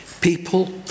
People